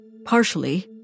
Partially